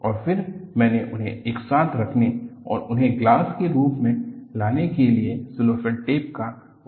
और फिर मैंने उन्हें एक साथ रखने और उन्हें ग्लास के रूप में लाने के लिए सिलोफ़ेन टेप का उपयोग किया